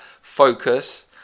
focus